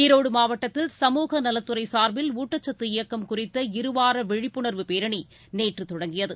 ஈரோடு மாவட்டத்தில் சமூக நலத்துறை சார்பில் ஊட்டச்சத்து இயக்கம் குறித்த இருவார விழிப்புணர்வு பேரணி நேற்று தொடங்கியது